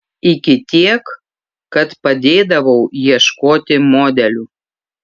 iki tiek kad padėdavau ieškoti modelių